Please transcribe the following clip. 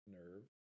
nerve